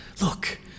Look